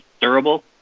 durable